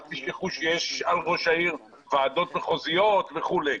אל תשכחו שיש על ראש העיר ועדות מחוזיות וכולי.